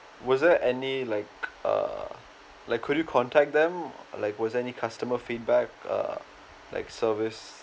was there any like uh like could you contact them like was there any customer feedback uh like service